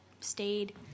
stayed